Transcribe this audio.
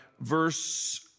verse